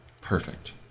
Perfect